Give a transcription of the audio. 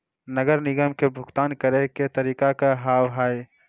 नगर निगम के भुगतान करे के तरीका का हाव हाई?